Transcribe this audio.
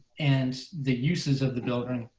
and the uses of the building,